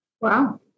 Wow